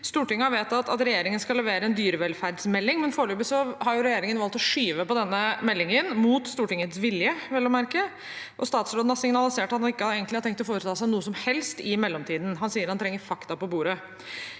Stortinget har vedtatt at regjeringen skal levere en dyrevelferdsmelding, men foreløpig har regjeringen valgt å skyve på denne meldingen – mot Stortingets vilje, vel å merke – og statsråden har signalisert at han ikke egentlig har tenkt å foreta seg noe som helst i mellomtiden. Han sier han trenger fakta på bordet.